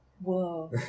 whoa